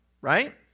right